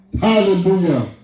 Hallelujah